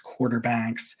quarterbacks